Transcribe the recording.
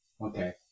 Okay